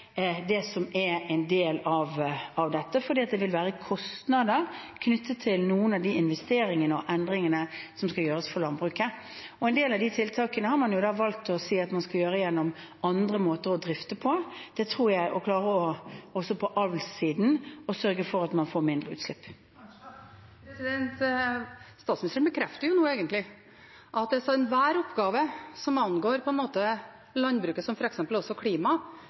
en del av dette, for det vil være kostnader knyttet til noen av investeringene og endringene som skal gjøres for landbruket. En del av tiltakene har man valgt å si at man skal gjøre gjennom andre måter å drifte på, også på avlssiden, for å sørge for at man får mindre utslipp. Marit Arnstad – til oppfølgingsspørsmål. Statsministeren bekrefter nå egentlig at enhver oppgave som angår landbruket, som f.eks. også klima,